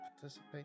participate